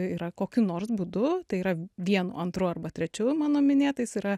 yra kokiu nors būdu tai yra vienu antru arba trečiu mano minėtais yra